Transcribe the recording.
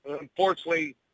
Unfortunately